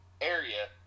area